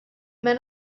men